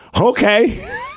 Okay